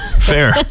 Fair